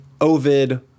Ovid